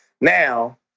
Now